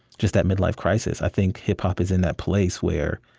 just that midlife crisis? i think hip-hop is in that place where